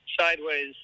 sideways